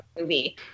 movie